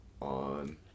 on